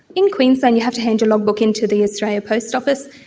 in queensland you have to hand your log book in to the australia post office.